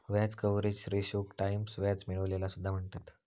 व्याज कव्हरेज रेशोक टाईम्स व्याज मिळविलेला सुद्धा म्हणतत